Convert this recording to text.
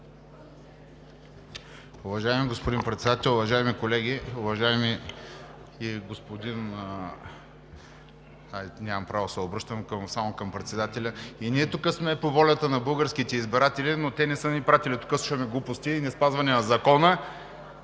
Уважаеми господин Председател, уважаеми колеги, уважаеми… нямам право да се обръщам само към председателя. И ние тук сме по волята на българските избиратели, но те не са ни пратили тук да слушаме глупости и неспазване на закона